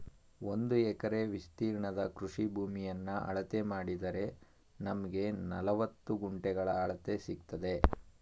ಒಂದು ಎಕರೆ ವಿಸ್ತೀರ್ಣದ ಕೃಷಿ ಭೂಮಿಯನ್ನ ಅಳತೆ ಮಾಡಿದರೆ ನಮ್ಗೆ ನಲವತ್ತು ಗುಂಟೆಗಳ ಅಳತೆ ಸಿಕ್ತದೆ